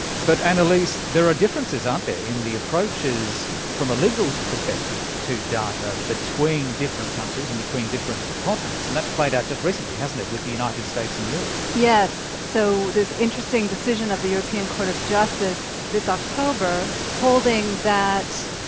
but annelise, there are differences, aren't there, in the approaches from a legal perspective to data between different countries and between different continents, and that's played out just recently, hasn't it, with the united states and europe. yes. so there's an interesting decision of the european court of justice this october, holding that,